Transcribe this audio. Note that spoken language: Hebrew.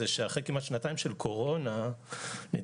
זה שאחרי כמעט שנתיים של קורונה נדרשת